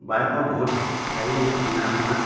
বাইকৰ বহুত হেৰি তাৰমানে আপোনাৰ